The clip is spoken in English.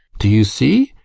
do you see?